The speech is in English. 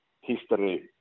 history